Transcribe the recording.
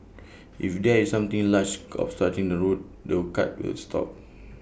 if there is something large obstructing the route the cart will stop